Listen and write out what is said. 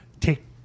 take